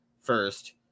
first